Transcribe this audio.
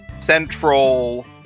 central